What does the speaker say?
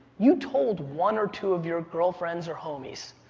you told one or two of your girlfriends or homies.